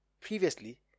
previously